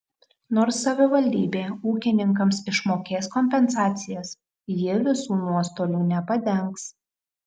nors savivaldybė ūkininkams išmokės kompensacijas ji visų nuostolių nepadengs